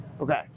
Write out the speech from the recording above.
okay